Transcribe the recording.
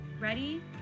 Ready